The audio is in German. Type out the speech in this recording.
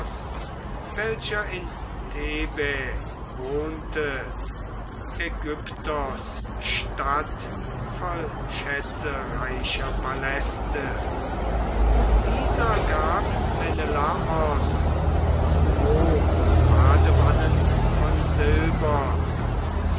welcher in thebai wohnte aigyptos stadt voll schätzereicher paläste dieser gab menelaos zwo badewannen von silber